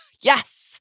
Yes